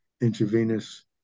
intravenous